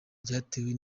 ryatewe